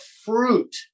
fruit